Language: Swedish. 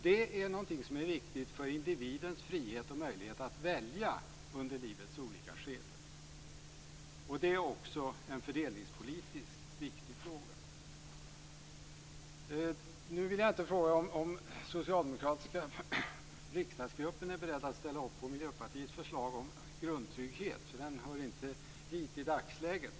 Det är något som är viktigt för individens frihet och möjligheter att välja under livets olika skeden. Det är också en fördelningspolitiskt viktig fråga. Jag skall inte fråga om den socialdemokratiska riksdagsgruppen är beredd att ställa upp på Miljöpartiets förslag om grundtrygghet, för den frågan hör i dagsläget inte hit.